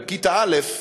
הרי בכיתה א'